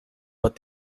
but